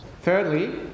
Thirdly